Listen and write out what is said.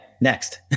next